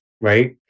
right